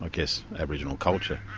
ah guess, aboriginal culture.